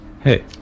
Hey